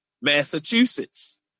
Massachusetts